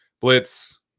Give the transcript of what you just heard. blitz